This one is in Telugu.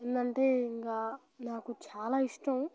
ఏంటంటే ఇంకా నాకు చాలా ఇష్టం